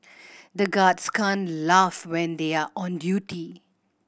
the guards can't laugh when they are on duty